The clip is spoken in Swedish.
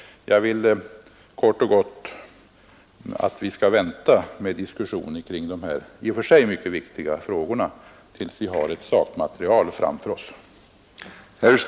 Jag vill kort och gott att vi skall vänta med diskussionen om dessa i och för sig viktiga frågor tills vi har ett sakmaterial framför oss.